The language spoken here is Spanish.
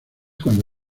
cuando